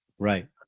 right